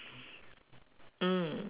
mm